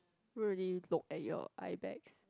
won't really look at your eyebags